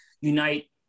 unite